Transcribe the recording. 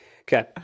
Okay